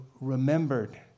remembered